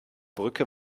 brücke